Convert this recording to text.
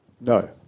No